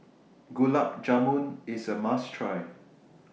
Gulab Jamun IS A must Try